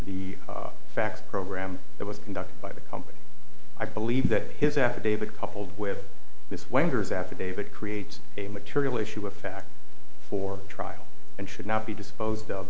fax program that was conducted by the company i believe that his affidavit coupled with this winders affidavit creates a material issue a fact for trial and should not be disposed of